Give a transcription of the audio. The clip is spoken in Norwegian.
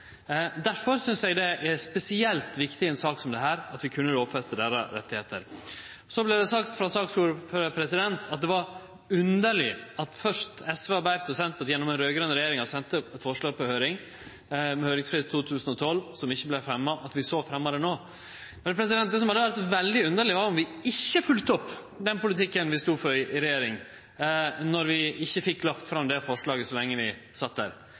synest eg det er spesielt viktig i ei sak som dette at vi kan lovfeste rettane deira. Så vart det sagt av saksordføraren at det var underleg at SV, Arbeidarpartiet og Senterpartiet gjennom den raud-grøne regjeringa først sende forslaget på høyring med høyringsfrist i 2012, at det så ikkje vart fremja, men at vi fremjar det no. Men det som hadde vore veldig underleg, var om vi ikkje følgde opp den politikken vi sto for i regjering når vi ikkje fekk lagt fram det forslaget så lenge vi sat der.